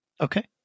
Okay